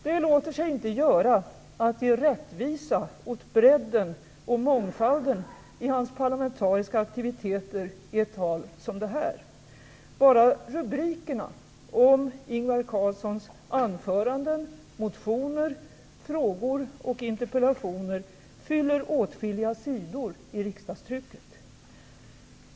Det låter sig inte göras att ge rättvisa åt bredden och mångfalden i hans parlamentariska aktiviteter i ett tal som detta - bara rubrikerna om Ingvar Carlssons anföranden, motioner, frågor och interpellationer fyller åtskilliga sidor i riksdagstrycket.